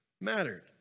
mattered